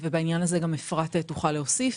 בעניין הזה, אפרת תוכל להוסיף.